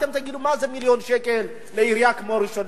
אתם תגידו: מה זה מיליון שקל לעירייה כמו ראשון-לציון?